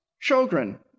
children